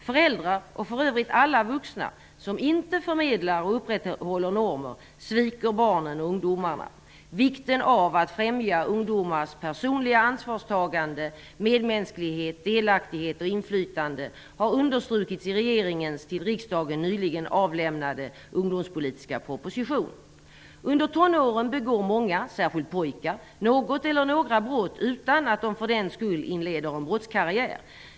Föräldrar -- och för övrigt alla vuxna -- som inte förmedlar och upprätthåller normer, sviker barnen och ungdomarna. Vikten av att främja ungdomars personliga ansvarstagande, medmänsklighet, delaktighet och inflytande har understrukits i regeringens till riksdagen nyligen avlämnade ungdomspolitiska proposition. Under tonåren begår många, särskilt pojkar, något eller några brott utan att de för den skull inleder en brottskarriär.